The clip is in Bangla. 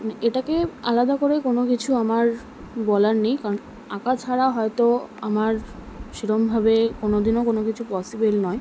মানে এটাকে আলাদা করে কোনও কিছু আমার বলার নেই কারণ আঁকা ছাড়া হয়তো আমার সেরকমভাবে কোনদিনও কোনও কিছু পসিবল নয়